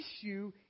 issue